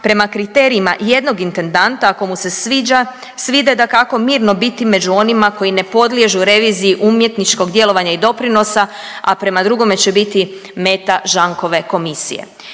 prema kriterijima jednog intendanta ako mu se sviđa, svide dakako mirno biti među onima koji ne podliježu reviziji umjetničkog djelovanja i doprinosa, a prema drugome će biti meta Žankove komisije.